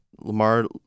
Lamar